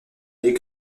des